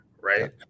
right